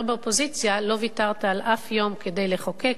באופוזיציה לא ויתרת על אף יום כדי לחוקק,